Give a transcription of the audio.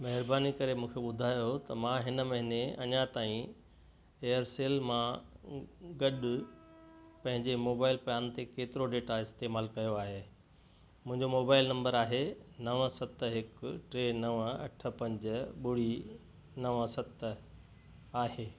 महिरबानी करे मूंखे ॿुधायो त मां हिन महिने अञा ताईं एयरसेल मां ॻॾु पंहिंजे मोबाइल प्लान ते केतिरो डेटा इस्तेमालु कयो आहे मुंहिंजो मोबाइल नंबर आहे नवं सत हिकु टे नवं अठ पंज ॿुड़ी नवं सत आहे